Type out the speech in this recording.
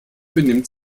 benimmt